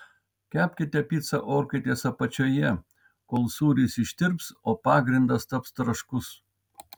kepkite picą orkaitės apačioje kol sūris ištirps o pagrindas taps traškus